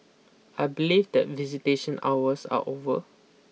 I believe that visitation hours are over